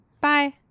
Bye